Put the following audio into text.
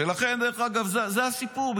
ולכן, זה הסיפור.